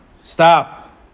Stop